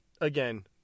Again